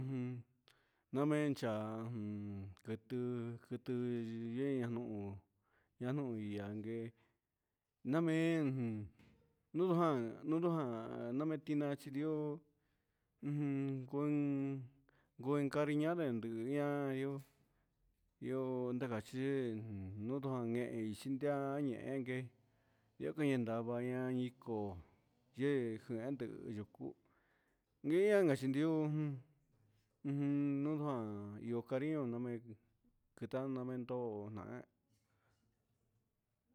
Ujun nomenchi'a jun kutu, kutu chen anuu ña uin ianken namen ujun nujan nunujan nomechia xhinriu ujun koin koin cariñanre nduña ihó, ihó ndakache un ndukan xhein xhindian njeyenngue yo'o kin ndavaña ñakoijo yee jandió, kuu iin anka xhinió ujun ujun nujan nu kanrion me'e kariondo kitan namento na hé.